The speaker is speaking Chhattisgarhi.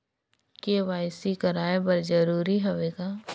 के.वाई.सी कराय बर जरूरी हवे का?